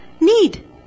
need